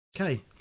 Okay